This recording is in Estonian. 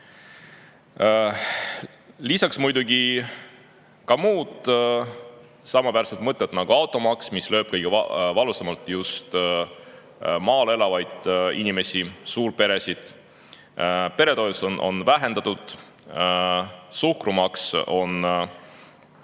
Lisaks muidugi muud samaväärsed mõtted, nagu automaks, mis lööb kõige valusamalt just maal elavaid inimesi ja suurperesid. Peretoetust on vähendatud, suhkrumaks on